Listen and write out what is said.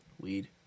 Weed